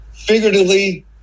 figuratively